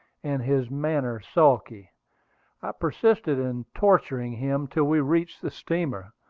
and his manner sulky. i persisted in torturing him till we reached the steamer,